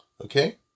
Okay